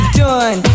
done